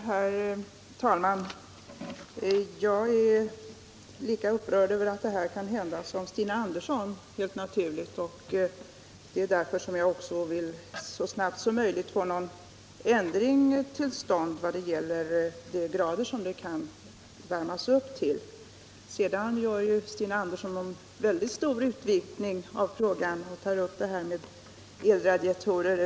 Herr talman! Jag är naturligtvis lika upprörd som Stina Andersson är över att fall som dessa kan inträffa, och det är därför som jag också så snabbt som möjligt vill ändra den högsta tillåtna yttemperaturen. Stina Andersson utvidgar emellertid frågan högst väsentligt när hon tar upp spörsmålet om det över huvud taget skall vara tillåtet att använda elradiatorer.